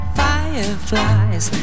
fireflies